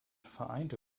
vereinte